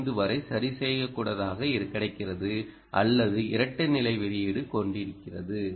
5 வரை சரிசெய்யக்கூடியதாகக் கிடைக்கிறது அல்லது இரட்டை நிலை வெளியீடு கொண்டிருக்கிறது